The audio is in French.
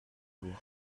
jours